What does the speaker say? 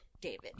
david